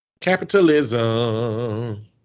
Capitalism